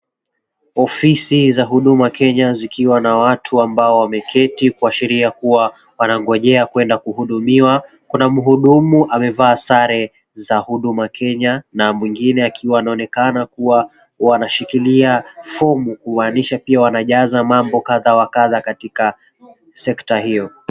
Ofisi za huduma Kenya zikiwa na watu amabao waketi kuashiria kuwa wanangojea kwenda kuhudumiwa, kuna mhudumu amevaa sare za huduma Kenya na mwingine akiwa anaonekana kuwa anashikilia fomu, kumaanisha pia wanajaza mambo kadhaa wa kadhaa katika sekta hio.